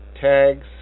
tags